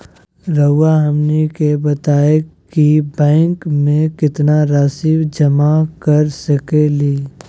रहुआ हमनी के बताएं कि बैंक में कितना रासि जमा कर सके ली?